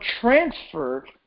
transferred